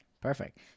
Perfect